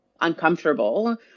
uncomfortable